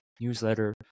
newsletter